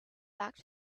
back